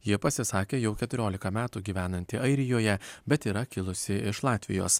ji pasisakė jau keturiolika metų gyvenanti airijoje bet yra kilusi iš latvijos